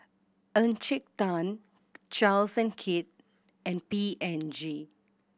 Encik Tan Charles and Keith and P and G